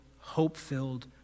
hope-filled